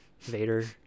Vader